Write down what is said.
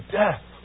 death